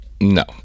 No